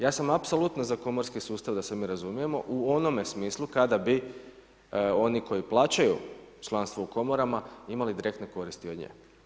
Ja sam apsolutno za komorski sustav da se mi razumijemo, u onome smislu, kada bi oni koji plaćaju članstvo u komorama imali direktne koristi od nje.